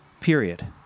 period